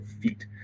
feet